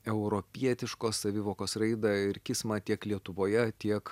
europietiškos savivokos raidą ir kismą tiek lietuvoje tiek